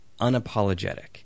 unapologetic